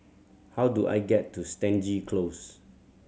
how do I get to Stangee Close